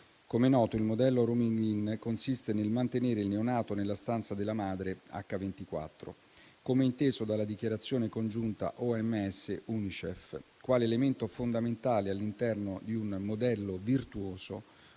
Come noto, il modello *rooming in* consiste nel mantenere il neonato nella stanza della madre H24. Come inteso dalla dichiarazione congiunta OMS ed Unicef, quale elemento fondamentale all'interno di un modello virtuoso